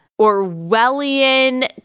Orwellian